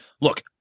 Look